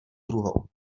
druhou